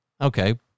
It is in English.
Okay